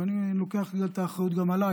ואני לוקח את האחריות גם עליי,